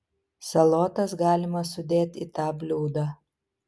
salotas galima sudėt į tą bliūdą